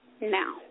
Now